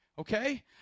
Okay